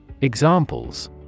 Examples